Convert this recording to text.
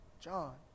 John